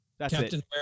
Captain